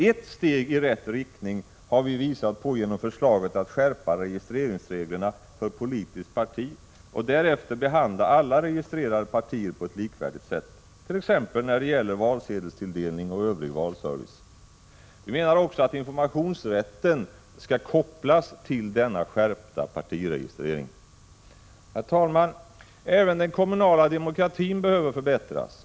Ett steg i rätt riktning har vi visat på genom förslaget att skärpa registreringsreglerna för politiskt parti och därefter behandla alla registrerade partier på ett likvärdigt sätt, t.ex. när det gäller valsedelstilldelning och övrig valservice. Vi menar också att informationsrätten skall kopplas till denna skärpta partiregistrering. Herr talman! Även den kommunala demokratin behöver förbättras.